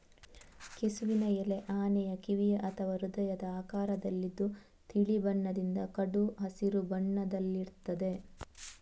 ಕೆಸುವಿನ ಎಲೆ ಆನೆಯ ಕಿವಿಯ ಅಥವಾ ಹೃದಯದ ಆಕಾರದಲ್ಲಿದ್ದು ತಿಳಿ ಬಣ್ಣದಿಂದ ಕಡು ಹಸಿರು ಬಣ್ಣದಲ್ಲಿರ್ತದೆ